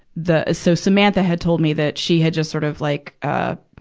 the, a, so, samantha had told me that she had just sort of, like, ah,